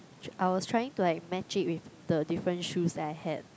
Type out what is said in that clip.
I was trying to like match it with the different shoes that I had